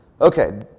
Okay